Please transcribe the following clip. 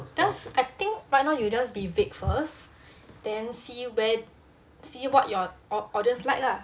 thus I think right now you just be vague first then see where see what your orders like lah